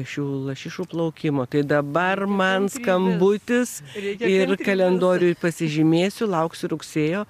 šių lašišų plaukimo tai dabar man skambutis ir kalendorių ir pasižymėsiu lauksiu rugsėjo